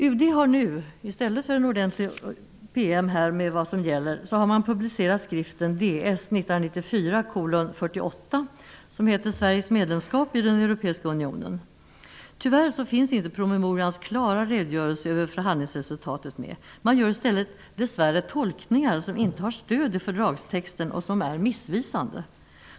UD har nu publicerat skriften Ds 1994:48 ''Sveriges medlemskap i den Europeiska unionen'' i stället för en ordentlig PM om vad som gäller. Tyvärr finns inte promemorians klara redogörelse över förhandlingsresultatet med. Man gör i stället dess värre tolkningar som inte har stöd i fördragstexten och som är missvisande.